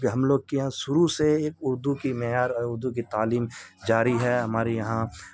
کیونکہ ہم لوگ کے یہاں شروع سے ایک اردو کی معیار اور اردو کی تعلیم جاری ہے ہمارے یہاں